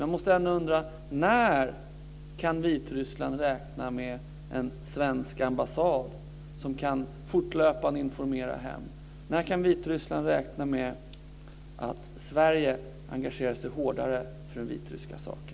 Jag undrar ändå när Vitryssland kan räkna med en svensk ambassad som fortlöpande kan informera hem. När kan Vitryssland räkna med att Sverige engagerar sig hårdare för den vitryska saken?